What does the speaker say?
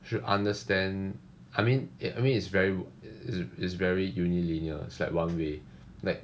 should understand I mean eh I mean it's very it it it's very it is very unilinear it's very one way like